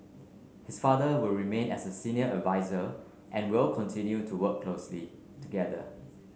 his father will remain as a senior adviser and will continue to work closely together